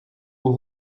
aux